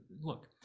look